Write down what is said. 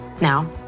Now